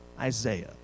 Isaiah